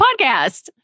podcast